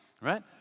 right